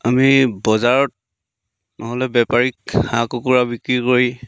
আমি বজাৰত নহ'লে বেপাৰীক হাঁহ কুকুৰা বিক্ৰী কৰি